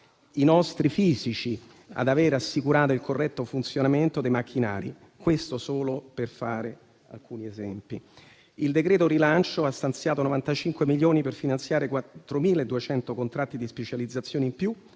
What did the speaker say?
i nostri fisici ad avere assicurato il corretto funzionamento dei macchinari. Questo solo per fare alcuni esempi. Il decreto-legge rilancio ha stanziato 95 milioni per finanziare 4.200 contratti di specializzazione in più,